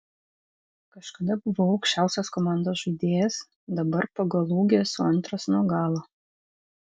kažkada buvau aukščiausias komandos žaidėjas dabar pagal ūgį esu antras nuo galo